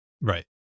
Right